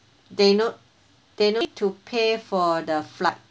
they no they no need to pay for the flight